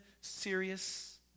serious